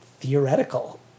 theoretical